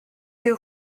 des